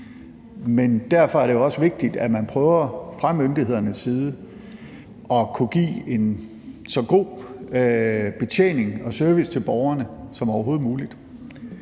Men derfor er det jo også vigtigt, at man fra myndighedernes side prøver at give en så god betjening og service til borgerne som overhovedet muligt.